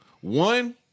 One